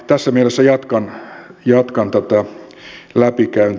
tässä mielessä jatkan tätä läpikäyntiä